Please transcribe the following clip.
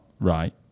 right